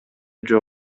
жөө